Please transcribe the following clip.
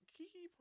Kiki